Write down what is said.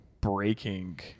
breaking